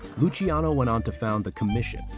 luciano went on to found the commission,